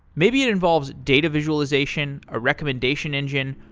maybe it involves data visualization, a recommendation engine,